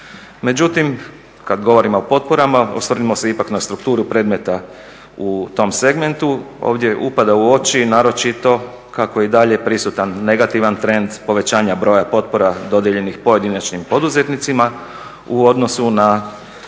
Međutim, kada govorimo o potporama osvrnimo se ipak na strukturu predmeta u tom segmentu. Ovdje upada u oči naročito kako je i dalje prisutan negativan trend povećanja broja potpora dodijeljenih pojedinačnim poduzetnicima u odnosu na